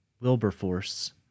Wilberforce